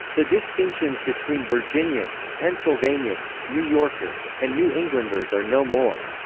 the distinctions between virginians, pennsylvanians, new yorkers, and new englanders are no more.